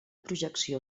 projecció